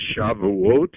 Shavuot